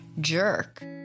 jerk